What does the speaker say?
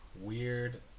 weird